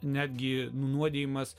netgi nuodijimas